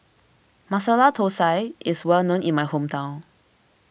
Masala Thosai is well known in my hometown